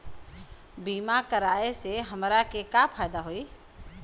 बीमा कराए से हमरा के का फायदा होई?